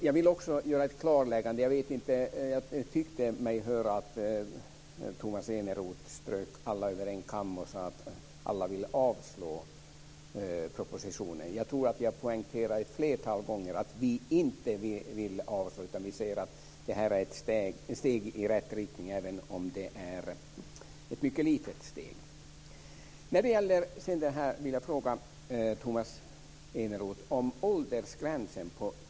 Jag vill också göra ett klarläggande. Jag tyckte mig höra att Tomas Eneroth skar alla över en kam och sade att alla vill avslå propositionen. Jag tror att jag poängterade ett flertal gånger att vi inte vill avslå den. Vi säger att detta är ett steg i rätt riktning, även om det är ett mycket litet steg.